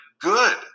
good